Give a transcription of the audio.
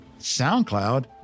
SoundCloud